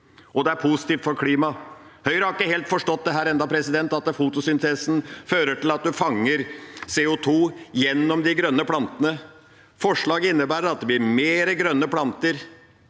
og det er positivt for klimaet. Høyre har ennå ikke helt forstått at fotosyntesen fører til at en fanger CO2 gjennom de grønne plantene. Forslaget innebærer at det blir mer grønne planter